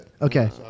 Okay